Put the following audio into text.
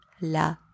la